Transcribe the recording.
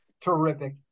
Terrific